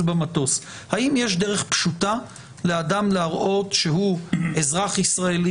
במטוס - האם יש דרך פשוטה לאדם להראות שהוא אזרח ישראלי